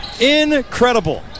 incredible